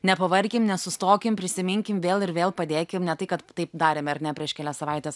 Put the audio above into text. nepavarkim nesustokim prisiminkim vėl ir vėl padėkim ne tai kad taip darėme ar ne prieš kelias savaites